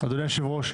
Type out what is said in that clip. אדוני יושב הראש,